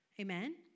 Amen